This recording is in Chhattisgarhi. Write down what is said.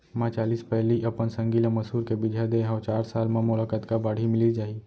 मैं चालीस पैली अपन संगी ल मसूर के बीजहा दे हव चार साल म मोला कतका बाड़ही मिलिस जाही?